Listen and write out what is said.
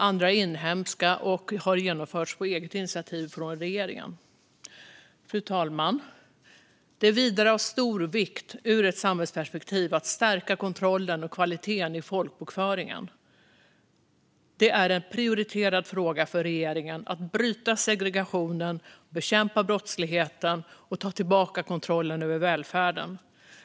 Andra är inhemska och har genomförts på eget initiativ från regeringen. Fru talman! Det är vidare av stor vikt ur ett samhällsperspektiv att stärka kontrollen och kvaliteten i folkbokföringen. Det är en prioriterad fråga för regeringen att bryta segregationen, bekämpa brottsligheten och ta tillbaka kontrollen över välfärden.